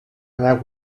anar